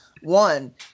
One